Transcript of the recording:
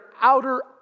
outer